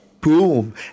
boom